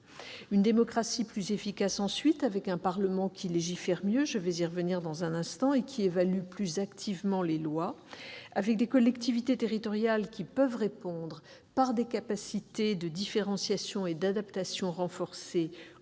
une démocratie plus efficace, avec un Parlement qui légifère mieux- j'y reviendrai dans un instant -et évalue plus activement les lois et des collectivités territoriales qui peuvent répondre, par des capacités de différenciation et d'adaptation renforcées, aux demandes